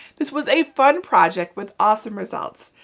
this was a fun project with awesome results.